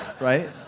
Right